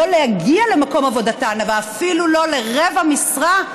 שלא להגיע למקום העבודה ואפילו לא לרבע משרה,